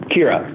Kira